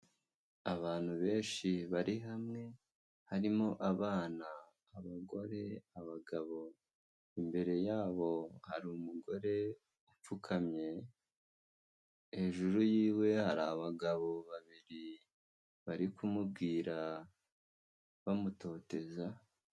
Abantu benshi bari hamwe harimo abana abagore abagabo imbere yabo hari umugore upfukamye hejuru y'iwe hari abagabo babiri bari kumubwira bamutoteza.